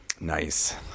Nice